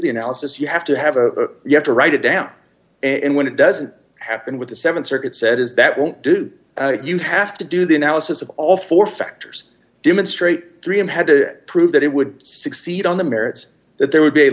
the analysis you have to have a you have to write it down and when it doesn't happen with the th circuit said is that won't do you have to do the analysis of all four factors demonstrate three and had to prove that it would succeed on the merits that they would be